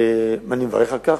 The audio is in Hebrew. ואני מברך על כך,